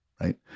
right